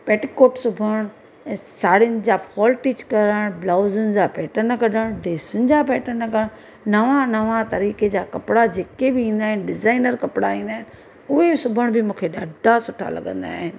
petticoat सिबणु ऐं साड़ियुनि जा फ़ोल स्टिच करणु ब्लाउजनि जा पैटन कढणु ड्रेसुनि जा पैटण करणु नवां नवां तरीक़े जा कपिड़ा जेके बि ईंदा आहिनि डिज़ाइनर कपिड़ा ईंदा आहिनि उहे सिबण बि मूंखे ॾाढा सुठा लॻंदा आहिनि